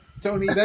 Tony